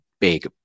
big